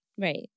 Right